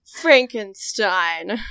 Frankenstein